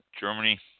Germany